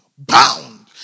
bound